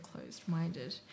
closed-minded